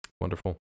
Wonderful